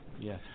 Yes